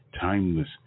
timeless